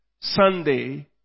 Sunday